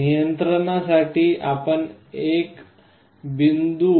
नियंत्रणासाठी आपण एक बिंदू